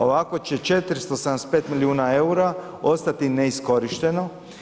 Ovako će 475 milijuna eura ostati neiskorišteno.